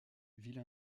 ville